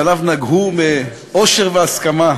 פניו נגהו מאושר והסכמה.